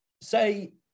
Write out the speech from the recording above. say